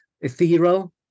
ethereal